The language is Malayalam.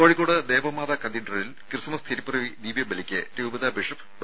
കോഴിക്കോട് ദേവമാതാ കത്തീഡ്രലിൽ ക്രിസ്മസ് തിരുപ്പിറവി ദിവ്യബലിയ്ക്ക് രൂപതാ ബിഷപ്പ് ഡോ